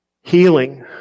healing